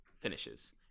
finishes